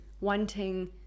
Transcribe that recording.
wanting